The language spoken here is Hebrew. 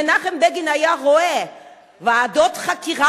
מנחם בגין היה רואה ועדות חקירה